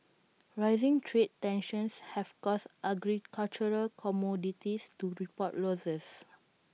rising trade tensions have caused agricultural commodities to report losses